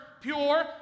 pure